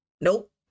nope